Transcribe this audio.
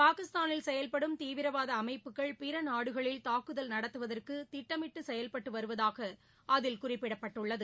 பாகிஸ்தானில் செயல்படும் தீவிரவாத அமைப்புகள் பிற நாடுகளில் தாக்குதல் நடத்துவதற்கு திட்டமிட்டு செயல்பட்டு வருவதாக அதில் குறிப்பிடப்பட்டுள்ளது